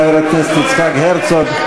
חבר הכנסת יצחק הרצוג.